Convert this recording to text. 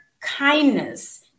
kindness